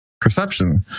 perception